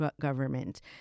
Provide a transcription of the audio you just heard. government